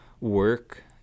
work